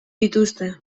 dituzte